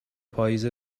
پائیز